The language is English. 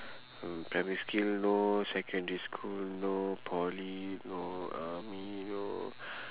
from primary school no secondary school no poly no army no